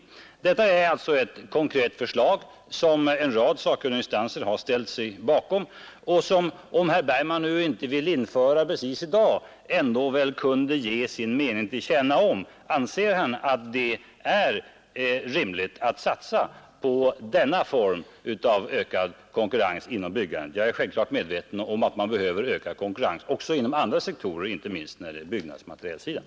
Detta är alltså ett konkret förslag, som en rad sakkunniginstanser har ställt sig bakom och som herr Bergman, om han nu inte vill införa det precis i dag, väl ändå kunde ge sin mening till känna om. Anser han att det är rimligt att satsa på denna form av ökad konkurrens inom byggandet? Jag är självklart medveten om att man behöver ökad konkurrens också inom andra sektorer, inte minst på byggmaterialsidan.